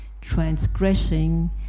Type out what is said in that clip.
transgressing